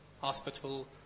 hospital